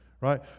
Right